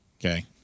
Okay